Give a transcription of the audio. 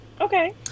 Okay